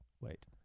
wait